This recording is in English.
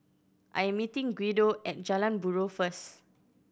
I am meeting Guido at Jalan Buroh first